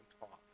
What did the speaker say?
talk